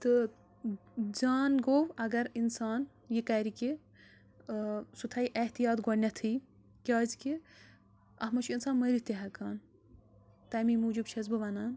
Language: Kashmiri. تہٕ زان گوٚو اگر اِنسان یہِ کَرِ کہِ سُہ تھایہِ احتِیاط گۄڈنٮ۪تھٕے کیٛازِکہِ اَتھ منٛز چھُ اِنسان مٔرِتھ تہِ ہٮ۪کان تَمی موٗجوٗب چھَس بہٕ وَنان